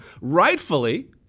rightfully